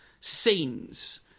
scenes